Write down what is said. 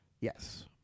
Yes